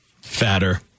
Fatter